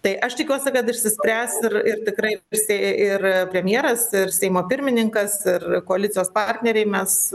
tai aš tikiuosi kad išsispręs ir ir tikrai visi ir premjeras ir seimo pirmininkas ir koalicijos partneriai mes